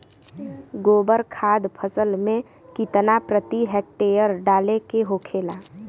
गोबर खाद फसल में कितना प्रति हेक्टेयर डाले के होखेला?